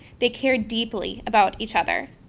they care deeply about each other,